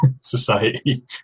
society